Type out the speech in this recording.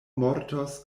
mortos